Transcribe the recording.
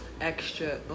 extra